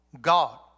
God